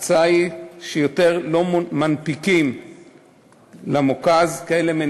ההצעה היא שיותר לא מנפיקים מניות כאלה,